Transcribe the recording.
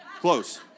Close